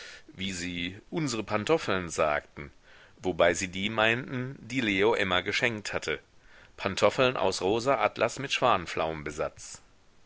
wie sie unsre pantoffeln sagten wobei sie die meinten die leo emma geschenkt hatte pantoffeln aus rosa atlas mit